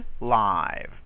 live